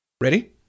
Ready